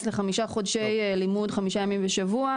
לחמישה חודשי לימוד חמישה ימים בשבוע,